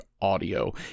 audio